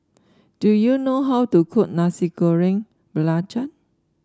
do you know how to cook Nasi Goreng Belacan